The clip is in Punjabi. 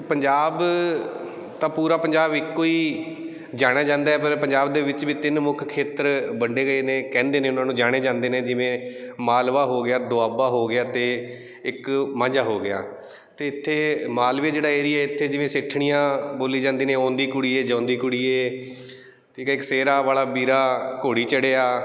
ਪੰਜਾਬ ਤਾਂ ਪੂਰਾ ਪੰਜਾਬ ਇੱਕ ਹੀ ਜਾਣਿਆ ਜਾਂਦਾ ਹੈ ਪਰ ਪੰਜਾਬ ਦੇ ਵਿੱਚ ਵੀ ਤਿੰਨ ਮੁੱਖ ਖੇਤਰ ਵੰਡੇ ਗਏ ਨੇ ਕਹਿੰਦੇ ਨੇ ਉਹਨਾਂ ਨੂੰ ਜਾਣੇ ਜਾਂਦੇ ਨੇ ਜਿਵੇਂ ਮਾਲਵਾ ਹੋ ਗਿਆ ਦੁਆਬਾ ਹੋ ਗਿਆ ਅਤੇ ਇੱਕ ਮਾਝਾ ਹੋ ਗਿਆ ਅਤੇ ਇੱਥੇ ਮਾਲਵਾ ਜਿਹੜਾ ਏਰੀਆ ਇੱਥੇ ਜਿਵੇਂ ਸਿੱਠਣੀਆਂ ਬੋਲੀਆਂ ਜਾਂਦੀਆਂ ਨੇ ਆਉਂਦੀ ਕੁੜੀਏ ਜਾਂਦੀ ਕੁੜੀਏ ਠੀਕ ਹੈ ਇੱਕ ਸਿਹਰਾ ਵਾਲਾ ਵੀਰਾ ਘੋੜੀ ਚੜ੍ਹਿਆ